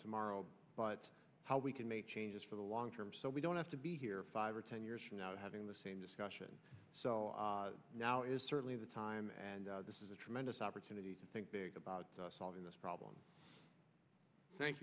to morrow but how we can make changes for the long term so we don't have to be here five or ten years from now having the same discussion so now is certainly the time and this is a tremendous opportunity to think about solving this problem thank